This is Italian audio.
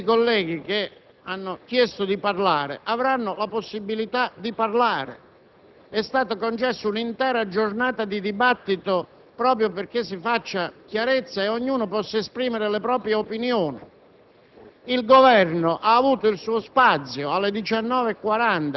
avranno la possibilità di illustrarli. Tutti i colleghi che hanno chiesto di parlare avranno la possibilità di farlo. È stata prevista una intera giornata al dibattito proprio perché si faccia chiarezza e ognuno possa esprimere le sue opinioni.